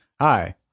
Hi